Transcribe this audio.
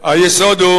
היסוד הוא